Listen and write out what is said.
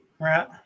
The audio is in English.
Right